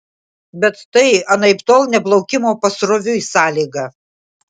bet tai anaiptol ne plaukimo pasroviui sąlyga